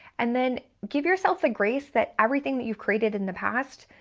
and then give yourselves a grace that everything that you've created in the past,